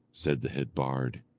said the head bard,